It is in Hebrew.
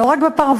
לא רק בפרברים,